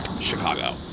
Chicago